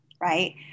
right